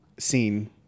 Scene